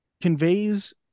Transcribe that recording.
conveys